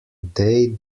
they